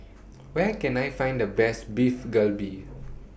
Where Can I Find The Best Beef Galbi